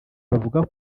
bavuga